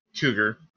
cougar